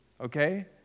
okay